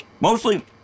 Mostly